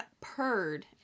purred